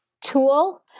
tool